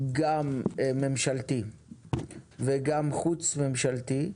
גם ממשלתי וגם חוץ ממשלתי,